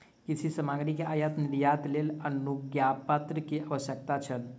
कृषि सामग्री के आयात निर्यातक लेल अनुज्ञापत्र के आवश्यकता छल